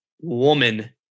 woman